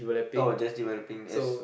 out of just developing as